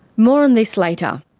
more on this later.